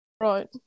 Right